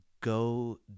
go